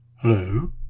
Hello